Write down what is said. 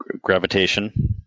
Gravitation